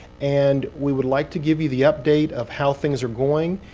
and we would like to give you the update of how things are going.